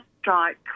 strike